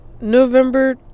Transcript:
November